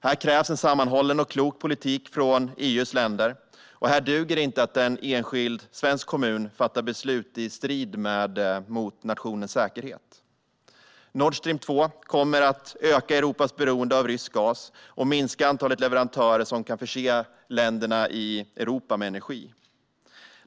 Här krävs en sammanhållen och klok politik från EU:s länder, och här duger det inte att en enskild svensk kommun fattar beslut i strid med nationens säkerhet. Nord Stream 2 kommer att öka Europas beroende av rysk gas och minska antalet leverantörer som kan förse länderna i Europa med energi.